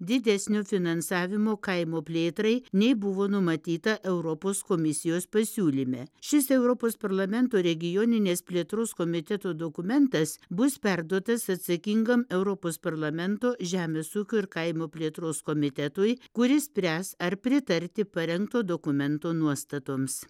didesnio finansavimo kaimo plėtrai nei buvo numatyta europos komisijos pasiūlyme šis europos parlamento regioninės plėtros komiteto dokumentas bus perduotas atsakingam europos parlamento žemės ūkio ir kaimo plėtros komitetui kuris spręs ar pritarti parengto dokumento nuostatoms